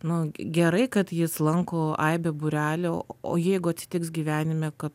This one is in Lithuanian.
nu gerai kad jis lanko aibę būrelių o jeigu atsitiks gyvenime kad